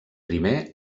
primer